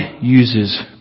uses